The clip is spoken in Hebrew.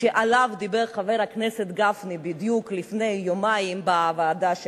שעליו דיבר חבר הכנסת גפני בדיוק לפני יומיים בוועדה שלו,